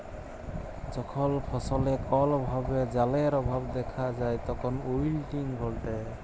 যখল ফসলে কল ভাবে জালের অভাব দ্যাখা যায় তখল উইলটিং ঘটে